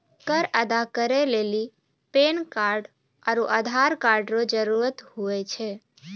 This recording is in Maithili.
कर अदा करै लेली पैन कार्ड आरू आधार कार्ड रो जरूत हुवै छै